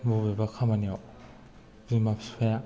बबेबा खामानियाव बिमा बिफाया